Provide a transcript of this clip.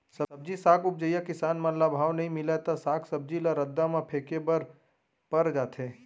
सब्जी साग उपजइया किसान मन ल भाव नइ मिलय त साग सब्जी ल रद्दा म फेंके बर पर जाथे